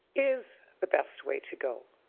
is the best way to go.